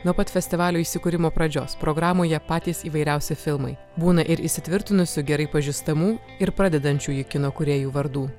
nuo pat festivalio įsikūrimo pradžios programoje patys įvairiausi filmai būna ir įsitvirtinusių gerai pažįstamų ir pradedančiųjų kino kūrėjų vardų